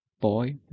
boy